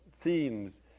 Themes